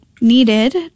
needed